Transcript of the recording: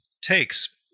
takes